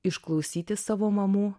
išklausyti savo mamų